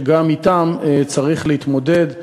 וגם אתם צריך להתמודד,